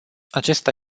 acesta